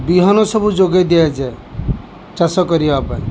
ବିହନ ସବୁ ଯୋଗାଇ ଦିଆଯାଏ ଚାଷ କରିବା ପାଇଁ